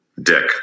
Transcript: Dick